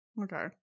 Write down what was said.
Okay